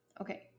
okay